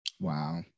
Wow